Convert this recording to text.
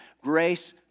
Grace